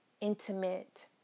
intimate